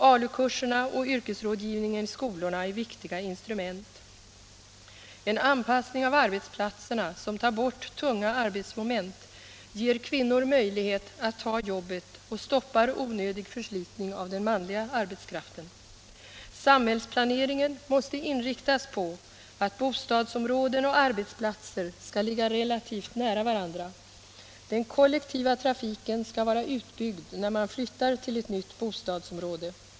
ALU-kurserna och yrkesrådgivningen i skolorna är viktiga instrument. En anpassning av arbetsplatserna som tar bort tunga arbetsmoment ger kvinnor möjlighet att ta jobbet och stoppar onödig förslitning av den manliga arbetskraften. Samhällsplaneringen måste inriktas på att bostadsområden och arbetsplatser skall ligga relativt nära varandra. Den kollektiva trafiken skall vara utbyggd när man flyttar till ett nytt bostadsområde.